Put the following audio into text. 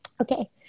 Okay